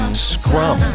and scrum.